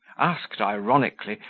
asked ironically,